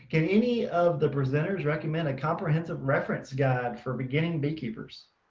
can any of the presenters recommend a comprehensive reference guide for beginning beekeepers?